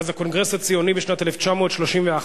מאז הקונגרס הציוני בשנת 1931,